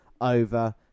over